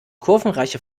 kurvenreiche